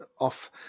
off